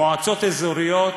מועצות אזוריות